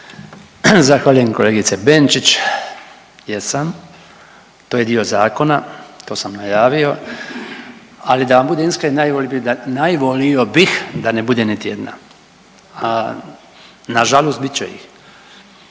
Zahvaljujem kolegice Benčić. Jesam, to je dio zakona, to sam najavio, ali da vam budem iskren najvolio bih da ne bude niti jedna, a nažalost bit će ih,